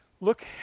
look